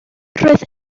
roedd